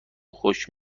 خوش